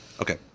Okay